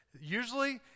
Usually